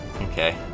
okay